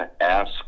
ask